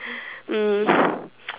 um